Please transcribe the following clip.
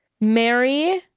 mary